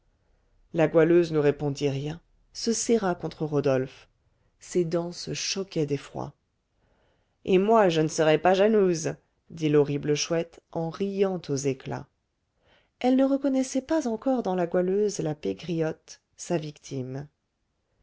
la goualeuse ne répondit rien se serra contre rodolphe ses dents se choquaient d'effroi et moi je ne serai pas jalouse dit l'horrible chouette en riant aux éclats elle ne reconnaissait pas encore dans la goualeuse la pégriotte sa victime